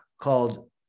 called